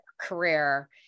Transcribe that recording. career